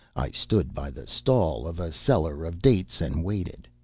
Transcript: i stood by the stall of a seller of dates and waited.